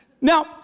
Now